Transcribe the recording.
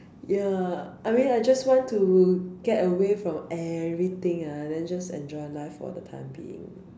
ya I mean I just want to get away from everything ah then just enjoy life for the time being